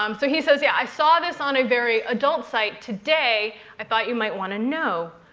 um so he says. yeah i saw this on a very adult site today. i thought you might want to know.